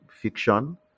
fiction